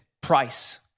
price